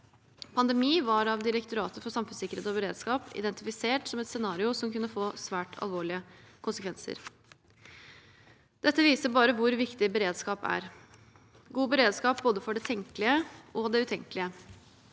«Pandemi» var av Direktoratet for samfunnssikkerhet og beredskap identifisert som et scenario som kunne få svært alvorlige konsekvenser. Dette viser bare hvor viktig beredskap er – god beredskap for både det tenkelige og det utenkelige.